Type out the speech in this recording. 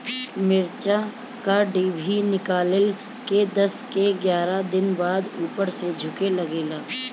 मिरचा क डिभी निकलले के दस से एग्यारह दिन बाद उपर से झुके लागेला?